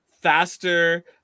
faster